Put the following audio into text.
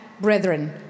brethren